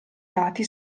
dati